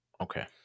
Okay